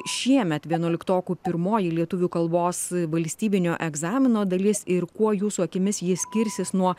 šiemet vienuoliktokų pirmoji lietuvių kalbos valstybinio egzamino dalis ir kuo jūsų akimis ji skirsis nuo